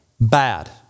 bad